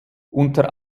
unter